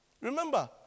Remember